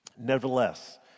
Nevertheless